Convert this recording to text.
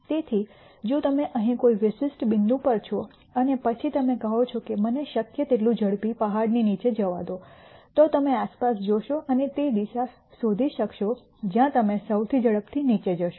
તેથી જો તમે અહીં કોઈ વિશિષ્ટ બિંદુ પર છો અને પછી તમે કહો છો કે મને શક્ય તેટલું ઝડપી પહાડની નીચે જવા દો તો તમે આસપાસ જોશો અને તે દિશા શોધી શકશો જ્યાં તમે સૌથી ઝડપથી નીચે જશો